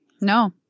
No